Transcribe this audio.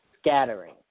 scattering